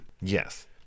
Yes